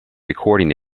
recording